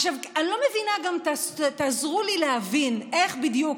עכשיו אני לא מבינה גם, תעזרו לי להבין איך בדיוק,